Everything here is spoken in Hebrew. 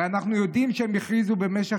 הרי אנחנו יודעים שהם הכריזו במשך